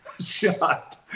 shot